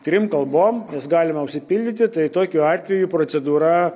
trim kalbom jas galima užsipildyti tai tokiu atveju procedūra